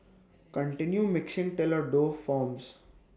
continue mixing till A dough forms